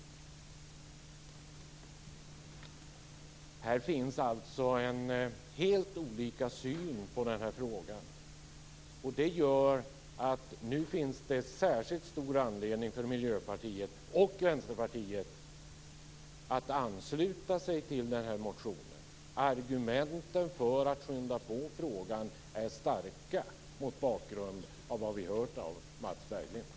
Här finns alltså helt olika syn på frågan. Det gör att det nu finns särskilt stor anledning för Miljöpartiet och Vänsterpartiet att ansluta sig till den här motionen. Argumenten för att skynda på frågan är starka mot bakgrund av vad vi har hört av Mats Berglind.